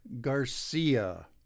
Garcia